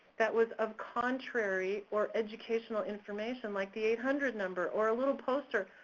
that was of contrary or educational information like the eight hundred number or a little poster,